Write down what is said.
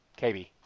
KB